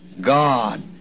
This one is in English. God